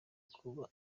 kuba